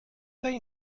they